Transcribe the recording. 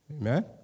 Amen